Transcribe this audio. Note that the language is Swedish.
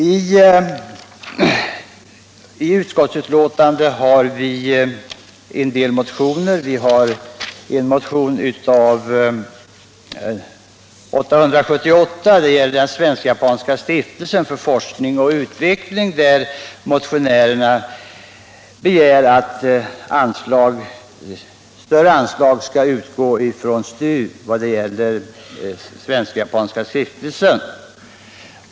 I utskottsbetänkandet behandlas bl.a. motionen 878, som gäller Svensk-japanska stiftelsen för forskning och utveckling. Motionärerna begär att större anslag skall utgå från STU till stiftelsen.